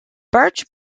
birch